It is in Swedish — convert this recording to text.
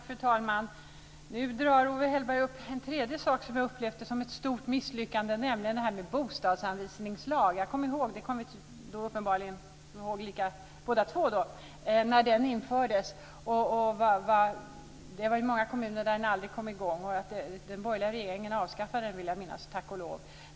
Fru talman! Nu drar Owe Hellberg upp en tredje sak som jag upplevt som ett stort misslyckande, nämligen bostadsanvisningslagen. Vi kommer uppenbarligen båda två ihåg när den infördes. I många kommuner kom den aldrig i gång. Jag vill minnas att den borgerliga regeringen avskaffade den, tack och lov.